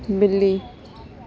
بلی